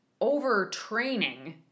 overtraining